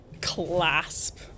clasp